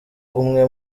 umwe